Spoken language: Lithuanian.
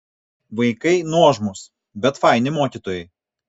vaikai nuožmūs bet faini mokytojai